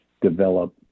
develop